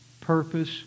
purpose